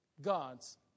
God's